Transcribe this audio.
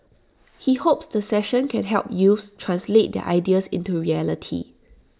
he hopes the session can help youths translate their ideas into reality